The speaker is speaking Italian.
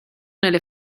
nelle